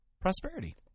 prosperity